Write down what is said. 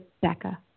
Becca